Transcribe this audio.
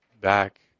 back